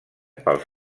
pels